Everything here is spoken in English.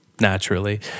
naturally